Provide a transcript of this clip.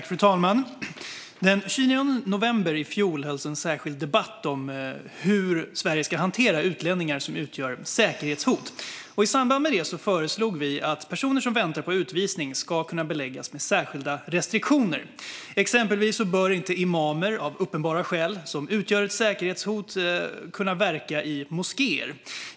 Fru talman! Den 29 november i fjol hölls en särskild debatt om hur Sverige ska hantera utlänningar som utgör säkerhetshot. I samband med detta föreslog vi att personer som väntar på utvisning ska kunna beläggas med särskilda restriktioner. Exempelvis bör inte imamer, av uppenbara skäl, som utgör ett säkerhetshot kunna verka i moskéer.